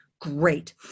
great